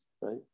right